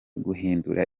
guhindura